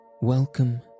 Welcome